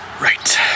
Right